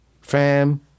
fam